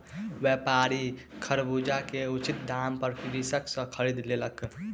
व्यापारी खरबूजा के उचित दाम पर कृषक सॅ खरीद लेलक